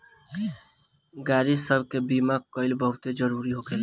गाड़ी सब के बीमा कइल बहुते जरूरी होखेला